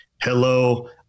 Hello